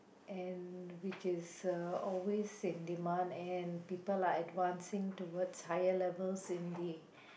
and which is uh always in demand and people are advancing toward higher levels in the